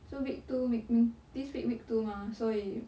so week two week we~ this week week two mah 所以